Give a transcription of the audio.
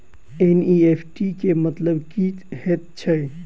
NEFT केँ मतलब की हएत छै?